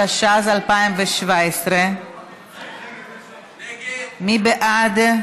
התשע"ז 2017. מי בעד?